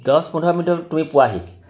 দহ পোন্ধৰ মিনিটত তুমি পোৱাহি